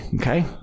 okay